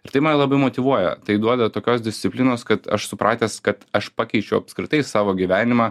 ir tai mane labai motyvuoja tai duoda tokios disciplinos kad aš supratęs kad aš pakeičiau apskritai savo gyvenimą